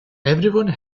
everyone